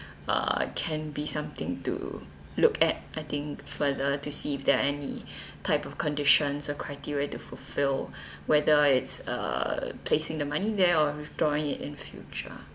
uh can be something to look at I think further to see if there are any type of conditions or criteria to fulfil whether it's uh placing the money there or withdrawing it in future